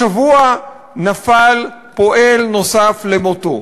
השבוע נפל פועל נוסף אל מותו,